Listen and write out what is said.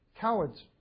cowards